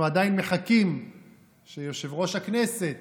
אנחנו עדיין מחכים שיושב-ראש הכנסת